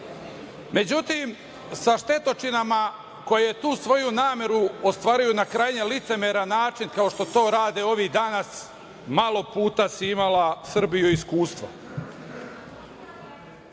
puta.Međutim, sa štetočinama koje tu svoju nameru ostvaruju na krajnje licemeran način, kao što to rade ovi danas, malo puta si imala, Srbijo, iskustva. Prvo,